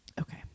okay